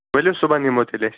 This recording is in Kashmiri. ؤلِو صُبحن یِمو تیٚلہِ أسۍ